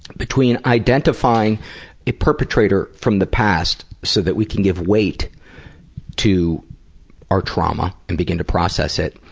between identifying a perpetrator from the past so that we can give weight to our trauma and begin to process it,